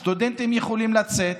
חיים: סטודנטים יכולים לצאת